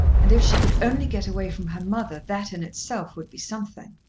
and if she could only get away from her mother that in itself would be something.